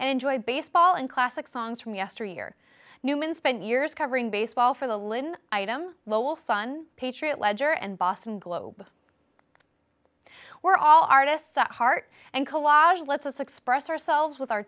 and enjoyed baseball and classic songs from yesteryear newman spent years covering baseball for the lin item lowell sun patriot ledger and boston globe we're all artists at heart and collage lets us express ourselves with our